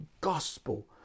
gospel